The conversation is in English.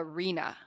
Arena